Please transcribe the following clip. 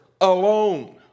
alone